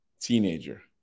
teenager